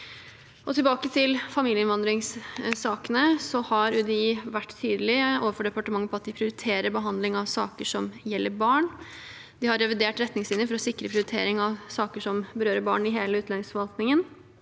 Tilbake til familieinnvandringssakene: UDI har vært tydelig overfor departementet på at direktoratet prioriterer behandling av saker som gjelder barn. Direktoratet har bl.a. revidert retningslinjene for å sikre prioritering av saker som berører barn, i hele utlendingsforvaltningen,